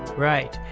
right.